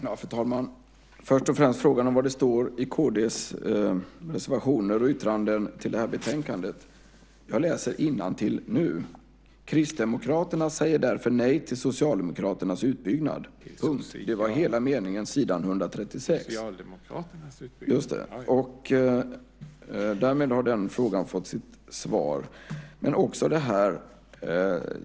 Fru talman! Först och främst läser jag innantill det som står i kd:s yttrande i betänkandet: "Kristdemokraterna säger därför nej till Socialdemokraternas utbyggnad." Det var hela meningen på s. 136. Därmed har den frågan fått sitt svar.